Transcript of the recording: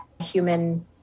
human